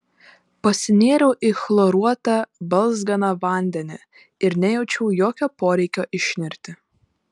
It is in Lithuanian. pasinėriau į chloruotą balzganą vandenį ir nejaučiau jokio poreikio išnirti